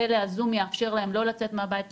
פלא הזום יאפשר להם לא לצאת מהבית.